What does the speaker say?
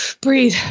Breathe